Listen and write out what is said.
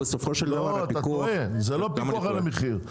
אתה טועה, זה לא פיקוח על המחיר.